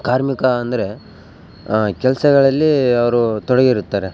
ಕಾರ್ಮಿಕ ಅಂದರೆ ಕೆಲಸಗಳಲ್ಲಿ ಅವರು ತೊಡಗಿರುತ್ತಾರೆ